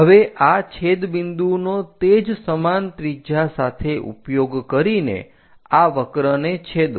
હવે આ છેદ બિંદુનો તે જ સમાન ત્રિજ્યા સાથે ઉપયોગ કરીને આ વક્રને છેદો